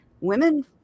women